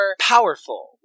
powerful